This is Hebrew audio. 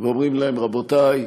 ואומרים להם: רבותי,